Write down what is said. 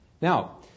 Now